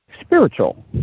spiritual